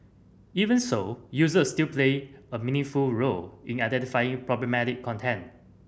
even so users still play a meaningful role in identifying problematic content